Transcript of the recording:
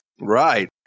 Right